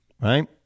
right